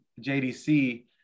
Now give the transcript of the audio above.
JDC